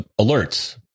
alerts